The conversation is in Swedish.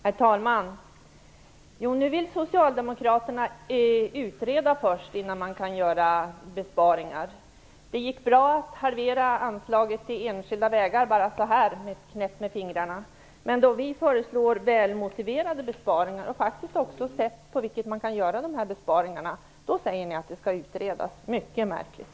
Herr talman! Nu vill Socialdemokraterna utreda innan man vill göra besparingar. Det gick bra att halvera anslaget till enskilda vägar med ett knäpp med fingrarna. Men när vi föreslår väl motiverade besparingar - och har också tittat på hur man kan göra dessa besparingar - säger ni att det skall utredas. Mycket märkligt!